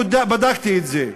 אני בדקתי את זה.